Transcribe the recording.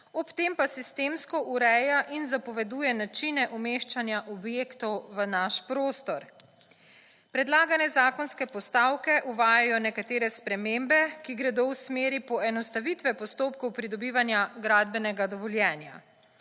ob tem pa sistemsko ureja in zapoveduje načine umeščanja objektov v naš prostor. Predlagane zakonske postavke uvajajo nekatere spremembe, ki gredo v smeri poenostavitve postopkov pridobivanja gradbenega dovoljenja.